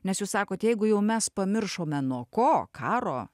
nes jūs sakot jeigu jau mes pamiršome nuo ko karo